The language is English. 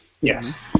Yes